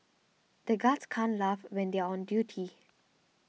the guards can't laugh when they are on duty